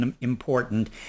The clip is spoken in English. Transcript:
important